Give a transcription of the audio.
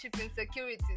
insecurity